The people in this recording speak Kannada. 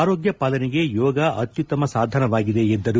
ಆರೋಗ್ಯ ಪಾಲನೆಗೆ ಯೋಗ ಅತ್ಯುತ್ತಮ ಸಾಧನವಾಗಿದೆ ಎಂದರು